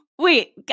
Wait